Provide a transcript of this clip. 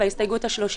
ואחר כך מהסתייגות ה-30